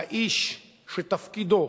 והאיש, שתפקידו,